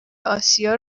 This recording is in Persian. آسیا